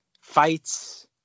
fights